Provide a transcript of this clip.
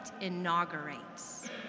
inaugurates